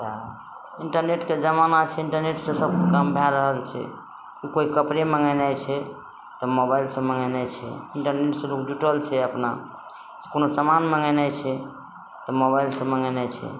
इन्टरनेटके जमाना छै इन्टरनेट से सब काम भए रहल छै की केओ कपड़े मङ्गेनाइ छै तऽ मोबाइलसँ मङ्गेनाइ छै इन्टरनेट से लोग जुटल छै अपना कोनो समान मङ्गेनाइ छै तऽ मोबाइलसँ मङ्गेनाइ छै